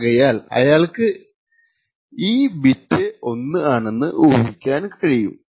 ആകയാൽ അയാൾക്ക് ഈ ബിറ്റ് 1 ആണെന്ന് ഊഹിക്കാൻ കഴിയും